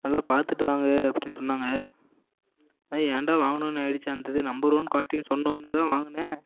நல்லா பார்த்துட்டு வாங்கு அப்படின்னு சொன்னாங்க அது ஏன்டா வாங்கினோன்னு ஆகிடுச்சு அந்த இது நம்பர் ஒன் குவாலிட்டின்னு சொன்னவுன்னே தான் வாங்கினேன்